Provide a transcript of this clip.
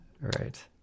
right